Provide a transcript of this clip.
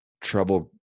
trouble